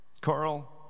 Carl